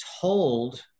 told